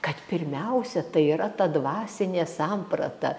kad pirmiausia tai yra ta dvasinė samprata